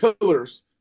pillars